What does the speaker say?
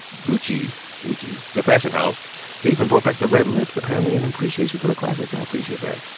gucci gucci, the fashion house they even brought back the red lips, apparently, in appreciation for the classics. i appreciate that.